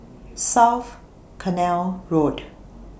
South Canal Road